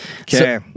okay